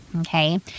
okay